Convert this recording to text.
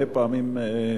הרבה פעמים.